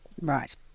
Right